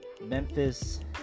memphis